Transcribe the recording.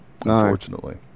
unfortunately